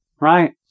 right